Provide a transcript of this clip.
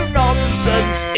nonsense